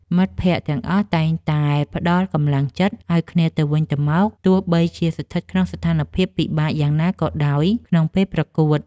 មិត្តភក្តិទាំងអស់តែងតែផ្ដល់កម្លាំងចិត្តឱ្យគ្នាទៅវិញទៅមកទោះបីជាស្ថិតក្នុងស្ថានភាពពិបាកយ៉ាងណាក៏ដោយក្នុងពេលប្រកួត។